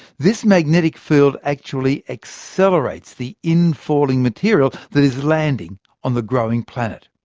this magnetic field actually accelerates the infalling material that is landing on the growing planet.